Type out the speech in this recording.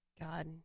God